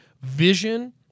vision